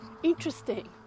interesting